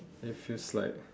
it feels like